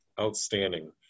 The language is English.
Outstanding